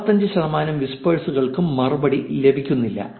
55 ശതമാനം വിസ്പേർസ് കൾക്കും മറുപടി ലഭിക്കുന്നില്ല